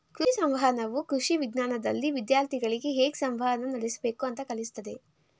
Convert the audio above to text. ಕೃಷಿ ಸಂವಹನವು ಕೃಷಿ ವಿಜ್ಞಾನ್ದಲ್ಲಿ ವಿದ್ಯಾರ್ಥಿಗಳಿಗೆ ಹೇಗ್ ಸಂವಹನ ನಡಸ್ಬೇಕು ಅಂತ ಕಲ್ಸತದೆ